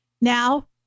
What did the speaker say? now